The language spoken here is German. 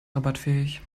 rabattfähig